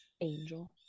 angel